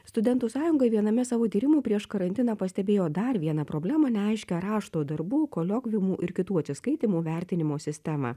studentų sąjunga viename savo tyrimų prieš karantiną pastebėjo dar vieną problemą neaiškią rašto darbų koliokviumų ir kitų atsiskaitymų vertinimo sistemą